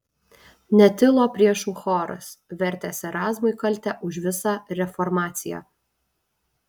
netilo priešų choras vertęs erazmui kaltę už visą reformaciją